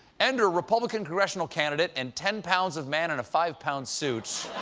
enter republican congressional candidate and ten pounds of man in a five-pound suit,